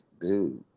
dude